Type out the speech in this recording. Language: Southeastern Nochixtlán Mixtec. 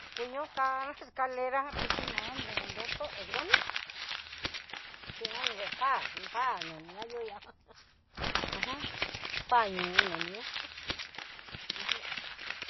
Koño kan ecalera, tixhi no de no nró tó xhijaní inda nuvee pá no pá na ni yá jajaja uj paño nani ñá.